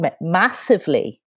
massively